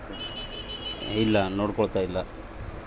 ಸರ್ಕಾರುದ ಖರ್ಚು ವೆಚ್ಚಗಳಿಚ್ಚೆಲಿ ಸರ್ಕಾರದ ಬಾಂಡ್ ಲಾಸಿ ಸರ್ಕಾರ ನೋಡಿಕೆಂಬಕತ್ತತೆ